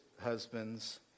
husbands